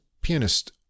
pianist